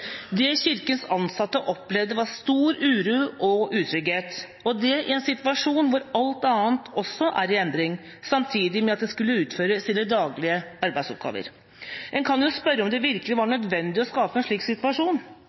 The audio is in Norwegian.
Det Kirkens ansatte opplevde, var stor uro og utrygghet, og det i en situasjon hvor alt annet også er i endring, samtidig med at de skulle utføre sine daglige arbeidsoppgaver. En kan jo spørre om det virkelig var nødvendig å skape en skape en slik situasjon,